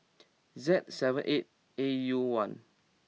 Z seven eight A U one